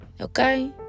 Okay